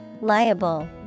Liable